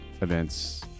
events